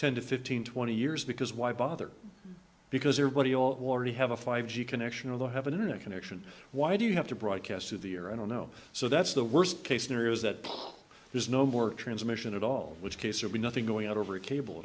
ten to fifteen twenty years because why bother because everybody already have a five g connection of the have an internet connection why do you have to broadcast to the air i don't know so that's the worst case scenario is that there's no more transmission at all which case are we nothing going out over a cable